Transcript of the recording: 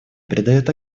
придает